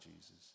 Jesus